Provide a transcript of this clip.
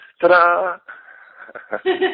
Ta-da